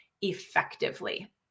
effectively